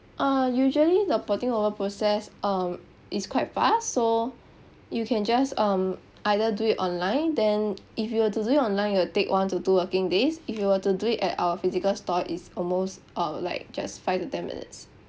uh usually the porting over process um is quite fast so you can just um either do it online then if you were to do it online it will take one to two working days if you were to do it at our physical store it's almost uh like just five to ten minutes